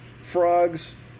frogs